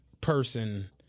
person